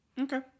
Okay